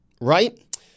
right